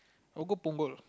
I'll go Punggol